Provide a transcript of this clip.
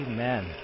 Amen